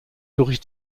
durch